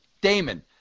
Damon